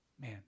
man